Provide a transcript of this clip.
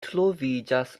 troviĝas